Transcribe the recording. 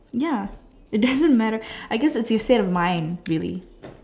ya it doesn't matter I guess if you say the mind really